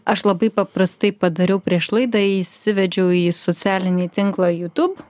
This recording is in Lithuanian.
aš labai paprastai padariau prieš laidą įsivedžiau į socialinį tinklą youtube